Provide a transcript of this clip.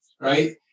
right